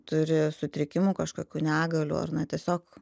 turi sutrikimų kažkokių negalių ar na tiesiog